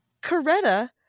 Coretta